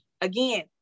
again